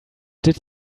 did